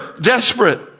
desperate